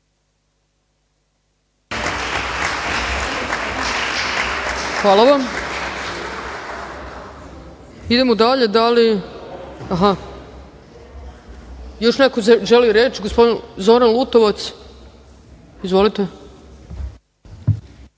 Hvala vam. Idemo dalje. Da li još neko želi reč? Gospodin Zoran Lutovac. Izvolite.